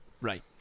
Right